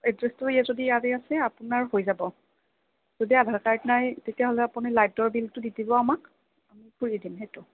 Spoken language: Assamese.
এড্ৰেছটো যদি ইয়াৰে আছে আপোনাৰ হৈ যাব যদি আধাৰ কাৰ্ড নাই তেতিয়াহ'লে আপুনি লাইটৰ বিলটো দি দিব আমাক খুলি দিম সেইটো